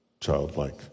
childlike